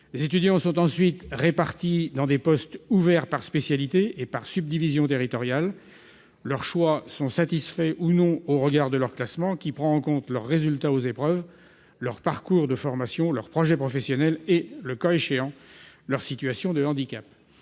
Les étudiants sont ensuite répartis sur des postes ouverts par spécialité et par subdivision territoriale. Leurs choix sont satisfaits ou non en fonction de leur classement, qui prend en compte leurs résultats aux épreuves, leur parcours de formation, leur projet professionnel et, le cas échéant, leur situation de handicap.